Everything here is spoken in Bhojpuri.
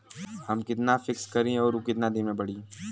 हम कितना फिक्स करी और ऊ कितना दिन में बड़ी?